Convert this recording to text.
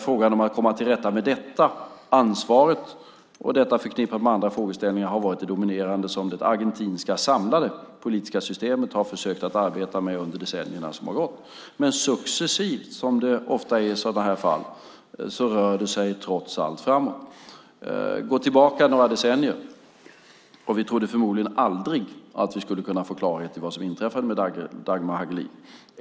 Frågan om att komma till rätta med detta, ansvaret och till detta förknippade andra frågor har varit det dominerande som det argentinska samlade politiska systemet har försökt arbeta med under decennierna som har gått. Men successivt, som det ofta är i sådana här fall, rör det sig trots allt framåt. Vi kan gå tillbaka några decennier. Vi trodde förmodligen aldrig att vi skulle kunna få klarhet i vad som inträffade med Dagmar Hagelin.